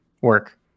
work